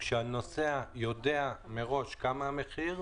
הנוסע יודע מראש מה המחיר,